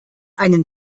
einen